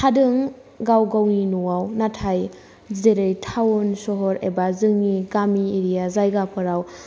थादों गाव गावनि न'आव नाथाय जेरै टाउन सहर एबा जोंनि गामि एरिया जायगाफोराव